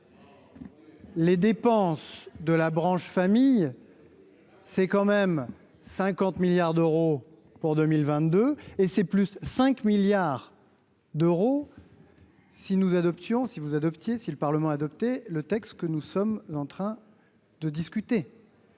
Les dépenses de la branche famille, c'est quand même 50 milliards d'euros pour 2022, et c'est plus 5 milliards d'euros si nous adoptions si vous adoptiez, si le Parlement a adopté le texte que nous sommes en train de discuter,